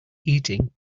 eating